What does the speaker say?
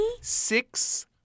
Six